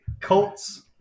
Colts